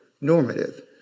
normative